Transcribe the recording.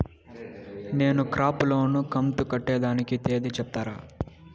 నేను crop loan కంతు కట్టేదానికి తేది సెప్తారా?